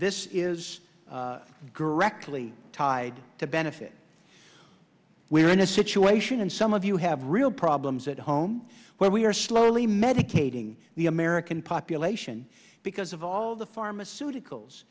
this is girl rectally tied to benefit we are in a situation and some of you have real problems at home where we are slowly medicating the american population because of all the pharmaceuticals